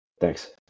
Thanks